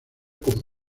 como